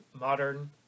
modern